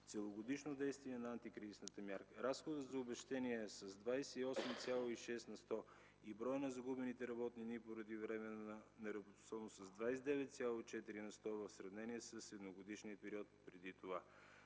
целогодишно действие на антикризисната мярка. Разходът за обезщетение – с 28,6 на сто и броят на загубените работни дни поради временна неработоспособност – с 29,4 на сто в сравнение с едногодишния период преди това.